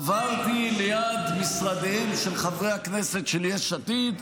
עברתי ליד משרדיהם של חברי הכנסת של יש עתיד,